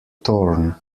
torn